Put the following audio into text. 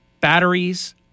Batteries